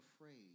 afraid